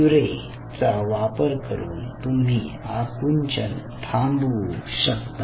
क्युरे चा वापर करून तुम्ही आकुंचन थांबवू शकता